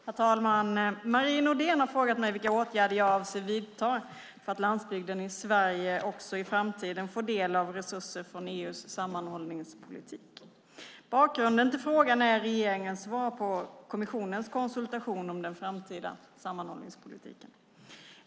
Herr talman! Marie Nordén har frågat mig vilka åtgärder jag avser att vidta så att landsbygden i Sverige också i framtiden får del av resurser från EU:s sammanhållningspolitik. Bakgrunden till frågan är regeringens svar på kommissionens konsultation om den framtida sammanhållningspolitiken.